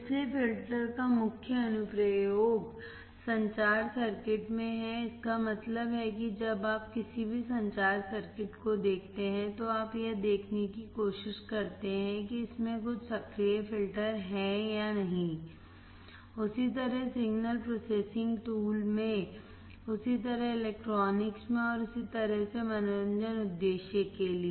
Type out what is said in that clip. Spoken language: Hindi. इसलिए फ़िल्टर का मुख्य अनुप्रयोग संचार सर्किट में है इसका मतलब है कि जब आप किसी भी संचार सर्किट को देखते हैं तो आप यह देखने की कोशिश करते हैं कि इसमें कुछ सक्रिय फिल्टर हैं या नहीं उसी तरह सिग्नल प्रोसेसिंग टूलमें उसी तरह इलेक्ट्रॉनिक्स में और उसी तरह से मनोरंजन उद्देश्य के लिए